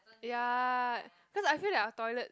ya cause I feel that our toilet